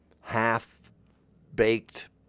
half-baked